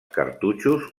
cartutxos